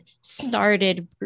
started